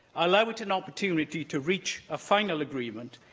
allow it an opportunity to reach a final agreement,